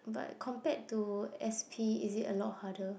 but compared to s_p is it a lot harder